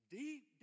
deep